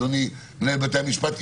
אדוני מנהל בתי המשפט,